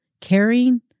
caring